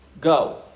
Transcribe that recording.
go